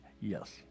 yes